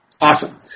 Awesome